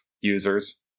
users